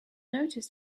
noticed